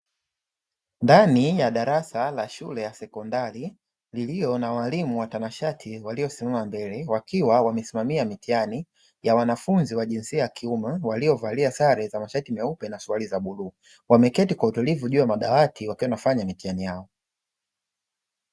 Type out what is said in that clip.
Ndani ya darasa la shule ya sekondari lililo na walimu watanashati waliosimama mbele, wakiwa wamesimamia mitihani ya wanafunzi wa jinsia ya kiume waliovalia sare za mashati meupe na suruali za bluu. Wameketi kwa utulivu juu ya madawati wakiwa wanafanya mitihani yao.